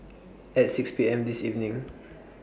At six P M This evening